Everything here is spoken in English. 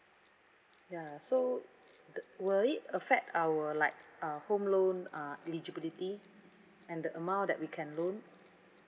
ya so th~ will it affect our like uh home loan uh eligibility and the amount that we can loan